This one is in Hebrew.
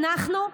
אנחנו,